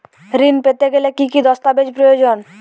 ঋণ পেতে গেলে কি কি দস্তাবেজ প্রয়োজন?